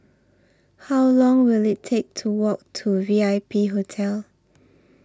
How Long Will IT Take to Walk to V I P Hotel